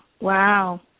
wow